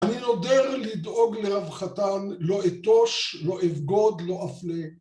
אני נודר לדאוג לרב חתן, לא אתוש, לא אבגוד, לא אפנה.